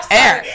air